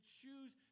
choose